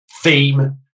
theme